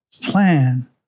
plan